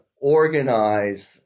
organize